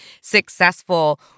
successful